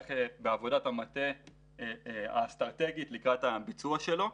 ולהיערך לעבודת המטה האסטרטגית לקראת הביצוע שלו.